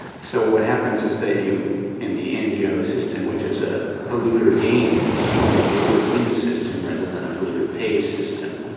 so what happens is that in the end you have a system which is a polluter gains, or a polluter wins system rather than a polluter pays system.